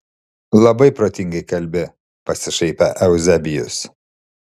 labai protingai kalbi pasišaipė euzebijus